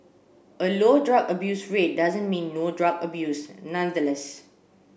a low drug abuse rate doesn't mean no drug abuse nonetheless